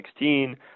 2016